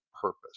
purpose